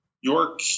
York